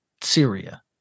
Syria